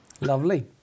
Lovely